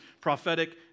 prophetic